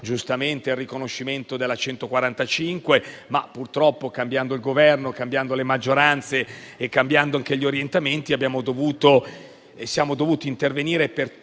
giustamente il riconoscimento della legge n. 145. Ma purtroppo, cambiando il Governo, cambiando le maggioranze e cambiando anche gli orientamenti, siamo dovuti intervenire per